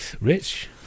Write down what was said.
Rich